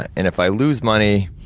and if i lose money,